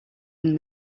than